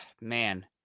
man